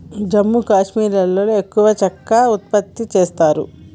జమ్మూ కాశ్మీర్లో ఎక్కువ చెక్క ఉత్పత్తి చేస్తారు